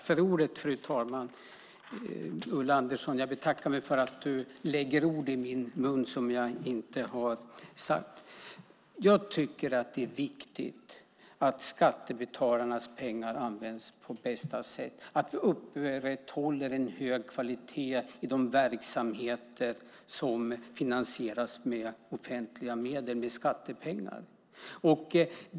Fru talman! Ulla Andersson, jag betackar mig för att du lägger ord i min mun. Jag tycker att det är viktigt att skattebetalarnas pengar används på bästa sätt och att vi upprätthåller en hög kvalitet i de verksamheter som finansieras med offentliga medel, skattepengar.